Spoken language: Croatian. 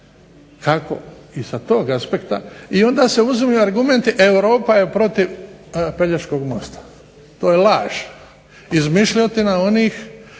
kako i sa tog aspekta i onda se uzmu argumenti Europa je protiv Pelješkog mosta. To je laž. Izmišljotina onih